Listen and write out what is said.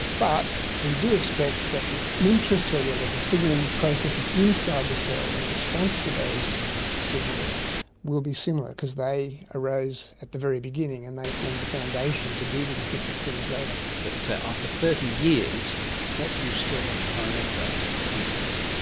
but we do expect that the intracellular, the signalling processes inside the cell, in response to those signals will be similar because they arose at the very beginning and they formed the foundation to do these different thing later. but after thirty years what do you still have to find out about these beasties?